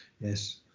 yes